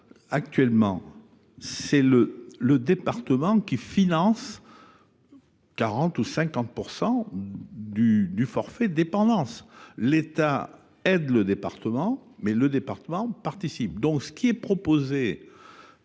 Actuellement, c’est le département qui finance 40 % ou 50 % du forfait dépendance. L’État aide le département, mais ce dernier participe. Le Gouvernement propose